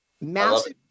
Massive